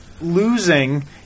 losing